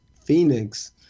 Phoenix